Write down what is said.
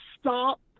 stop